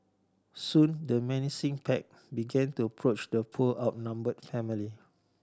soon the menacing pack began to approach the poor outnumbered family